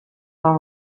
them